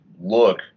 look